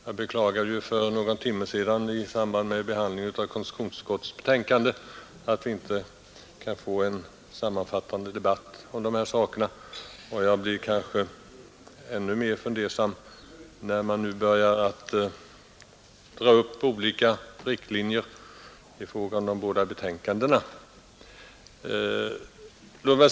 Jag beklagade ju för någon timme sedan, i samband med behandlingen av konstitutionsutskottets betänkande nr 47, att vi inte kunde få en sammanfattande debatt om de här sakerna, och jag blir kanske ännu mer fundersam när man nu börjar dra upp olika riktlinjer i fråga om de båda betänkandena.